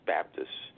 Baptists